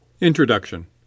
Introduction